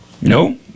No